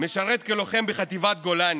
משרת כלוחם בחטיבת גולני.